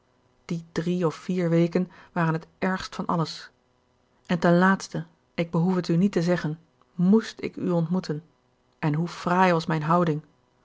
die drie of vier weken waren het ergst van alles en ten laatste ik behoef het u niet te zeggen moest ik u ontmoeten en hoe fraai was mijn houding